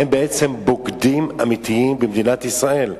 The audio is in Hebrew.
הם בעצם בוגדים אמיתיים במדינת ישראל.